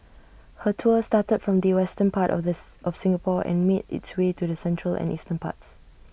her tour started from the western part of the of Singapore and made its way to the central and eastern parts